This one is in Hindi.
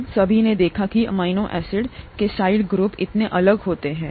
हम सभी ने देखा कि अमीनो एसिड अमीनो एसिड के साइड ग्रुप इतने अलग हो सकते हैं